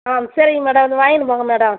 ஆ சரிங்க மேடம் வந்து வாங்கிட்டு போங்க மேடம்